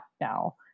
now